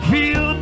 Feel